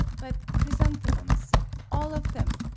but chrysanthemums all of them!